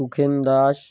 Sukhen Das